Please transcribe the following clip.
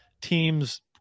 teams